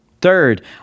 Third